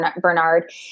Bernard